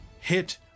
hit